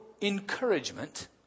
encouragement